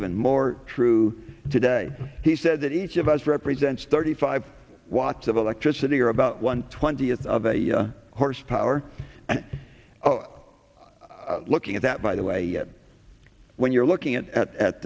even more true today he said that each of us represents thirty five watts of electricity or about one twentieth of a horsepower and looking at that by the way when you're looking at at